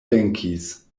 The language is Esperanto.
venkis